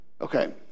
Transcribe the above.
okay